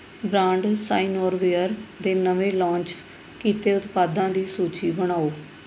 brand Signoraware ਦੇ ਨਵੇਂ launch ਕੀਤੇ ਉਤਪਾਦਾਂ ਦੀ ਸੂਚੀ ਬਣਾਓ